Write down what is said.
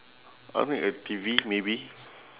I'll make a T_V maybe